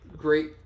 Great